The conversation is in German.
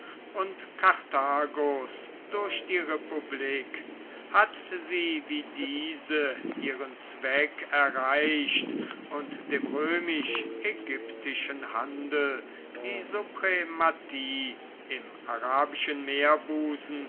und karthagos durch die republik hat sie wie diese ihren zweck erreicht und dem römisch ägyptischen handel die suprematie im arabischen meerbusen